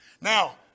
Now